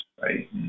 right